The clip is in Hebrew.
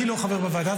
אני לא חבר בוועדה,